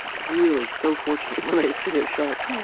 really, so fortunate when i see a shark.